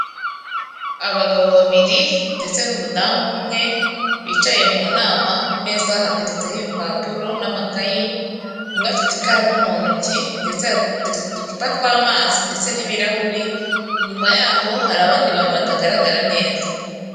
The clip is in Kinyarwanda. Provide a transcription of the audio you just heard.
Abagabo babiri ndetse n'umudamu umwe bicaye mu nama, ku meza hateretseho ibipapuro n'amakayi, umwe afite ikaramu mu ntoki, ndetse hateretse uducupa tw'amazi ndetse n'ibirahuri, inyuma yaho hari abandi bantu batagaragara neza.